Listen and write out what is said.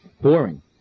boring